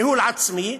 ניהול עצמי,